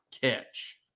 catch